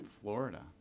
Florida